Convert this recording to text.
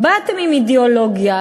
באתם עם אידיאולוגיה,